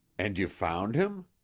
and you found him?